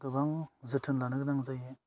गोबां जोथोन लानो गोनां जायो